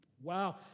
Wow